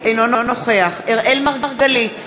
אינו נוכח אראל מרגלית,